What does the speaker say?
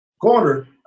corner